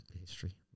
history